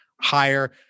higher